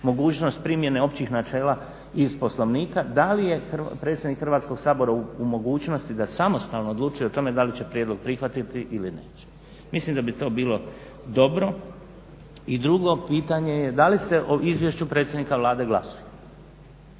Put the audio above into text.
mogućnost primjene općih načela iz Poslovnika da li je predsjednik Hrvatskog sabora u mogućnosti da samostalno odlučuje o tome da li će prijedlog prihvatiti ili neće. Mislim da bi to bilo dobro. I drugo pitanje je da li se o izvješću predsjednika Vlade glasuje,